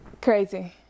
crazy